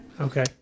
okay